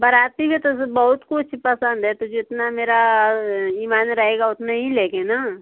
बाराती को तो बहुत कुछ पसंद है तो जितना मेरा ईमान रहेगा उतने ही लेंगे ना